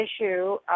issue